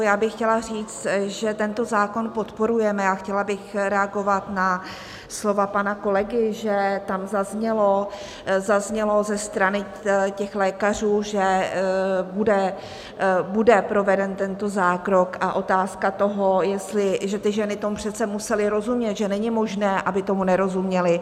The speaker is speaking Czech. Já bych chtěla říct, že tento zákon podporujeme, a chtěla bych reagovat na slova pana kolegy, že tam zaznělo ze strany těch lékařů, že bude proveden tento zákrok, a otázka toho, že ty ženy tomu přece musely rozumět, že není možné, aby tomu nerozuměly.